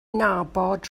nabod